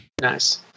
Nice